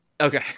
Okay